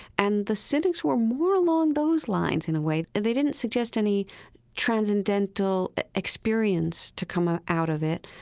and the cynics were more along those lines, in a way. and they didn't suggest any transcendental experience to come ah out of it.